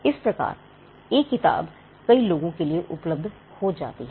इस प्रकार एक किताब कई लोगों के लिए उपलब्ध हो जाती है